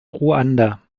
ruanda